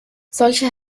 solche